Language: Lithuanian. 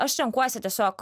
aš renkuosi tiesiog